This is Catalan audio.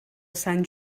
sant